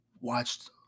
watched